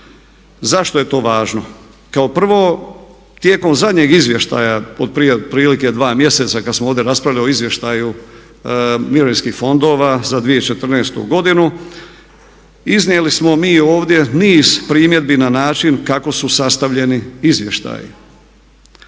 Zašto je to važno? Kao prvo tijekom zadnjeg izvještaja od prije otprilike 2 mjeseca kad smo ovdje raspravljali o izvještaju mirovinskih fondova za 2014. godinu iznijeli smo mi ovdje niz primjedbi na način kako su sastavljeni izvještaji.